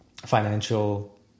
financial